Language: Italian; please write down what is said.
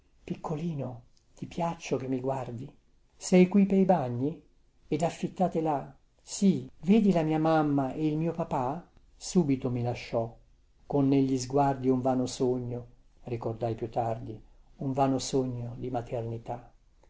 piccolino ti piaccio che mi guardi sei qui pei bagni ed affittate là sì vedi la mia mamma e il mio papà subito mi lasciò con negli sguardi un vano sogno ricordai più tardi un vano sogno di maternità